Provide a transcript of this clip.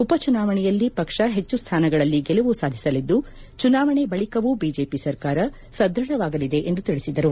ಉಪ ಚುನಾವಣೆಯಲ್ಲಿ ಪಕ್ಷ ಹೆಚ್ಚು ಸ್ಥಾನಗಳಲ್ಲಿ ಗೆಲುವು ಸಾಧಿಸಲಿದ್ದು ಚುನಾವಣೆ ಬಳಿಕವೂ ಬಿಜೆಪಿ ಸರ್ಕಾರ ಸದೃಢವಾಗಲಿದೆ ಎಂದು ತಿಳಿಸಿದರು